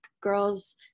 girls